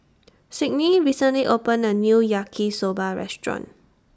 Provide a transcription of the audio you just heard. Sydney recently opened A New Yaki Soba Restaurant